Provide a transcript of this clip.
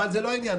אבל זה לא העניין,